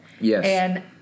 Yes